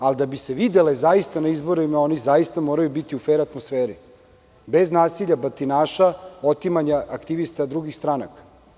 Da bi se zaista videle na izborima oni zaista moraju biti u fer atmosferi, bez nasilja, bez batinaša, otimanja aktivista drugih stranaka.